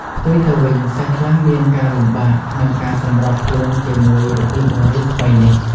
ផ្ទុយទៅវិញ សិស្សខ្លះមានការលំបាកក្នុងការសម្របខ្លួនជាមួយរបៀបបង្រៀនថ្មីនេះ។